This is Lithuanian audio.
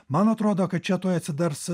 man atrodo kad čia tuoj atsidars